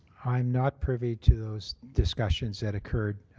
i'm not privy to those discussions that occurred